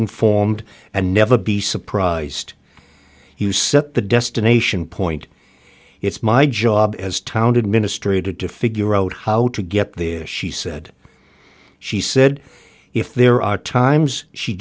informed and never be surprised you set the destination point it's my job as town administrator to figure out how to get there she said she said if there are times she